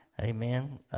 Amen